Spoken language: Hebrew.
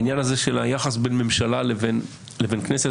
העניין הזה של היחס בין ממשלה לבין כנסת.